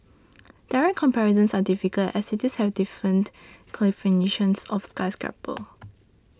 direct comparisons are difficult as cities have different definitions of skyscraper